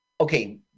Okay